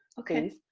okay.